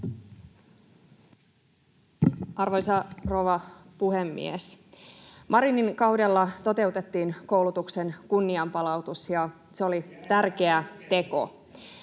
Arvoisa rouva puhemies! Marinin kaudella toteutettiin koulutuksen kunnianpalautus, [Ben Zyskowicz: